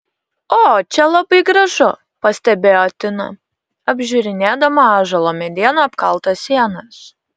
o čia labai gražu pastebėjo tina apžiūrinėdama ąžuolo mediena apkaltas sienas